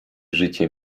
życie